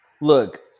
Look